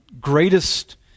greatest